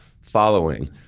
following